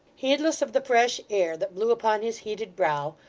heedless of the fresh air that blew upon his heated brow,